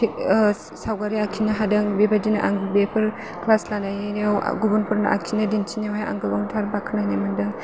सावगारि आखिनो हादों बेबायदिनो आं बेफोर क्लास लानानैनो गुबुनफोरनो आखिनानै दिन्थिनायावहाय आं गोबांथार बाखनायनाय मोन्दों